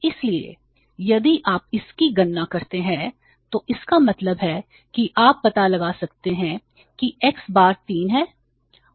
इसलिए यदि आप इसकी गणना करते हैं तो इसका मतलब है कि आप पता लगा सकते हैं कि x बार 3 है